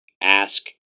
ask